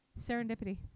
Serendipity